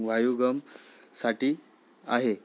वायुगमसाठी आहे